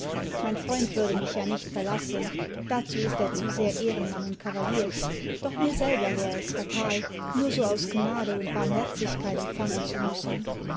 mein freimd würde mich ja nicht verlassen dazu ist er zu sehr ehrenmann und kavalier doch mir selber wäre es fatale nur so aus gnade und barmherzigkeit empfangen zu müssen